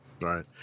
Right